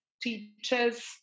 teachers